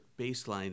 baseline